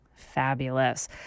Fabulous